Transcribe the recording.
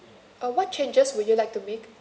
uh what changes would you like to make